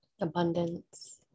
abundance